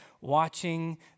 watching